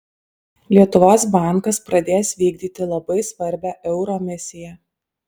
lietuvos bankas pradės vykdyti labai svarbią euro misiją